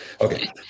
Okay